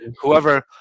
whoever